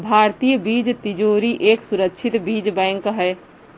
भारतीय बीज तिजोरी एक सुरक्षित बीज बैंक है